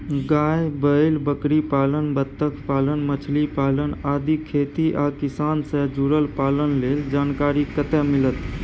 गाय, बैल, बकरीपालन, बत्तखपालन, मछलीपालन आदि खेती आ किसान से जुरल पालन लेल जानकारी कत्ते मिलत?